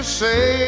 say